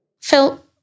Phil